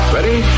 Ready